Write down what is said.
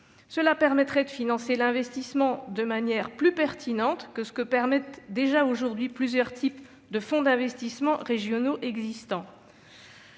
Cela permettrait de financer l'investissement de manière plus pertinente que ce que permettent déjà aujourd'hui plusieurs types de fonds d'investissement régionaux existants.